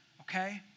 okay